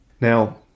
Now